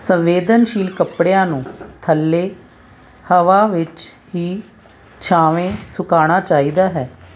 ਸੰਵੇਦਨਸ਼ੀਲ ਕੱਪੜਿਆਂ ਨੂੰ ਥੱਲੇ ਹਵਾ ਵਿੱਚ ਹੀ ਛਾਵੇ ਸੁਕਾਉਣਾ ਚਾਹੀਦਾ ਹੈ